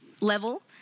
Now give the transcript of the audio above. level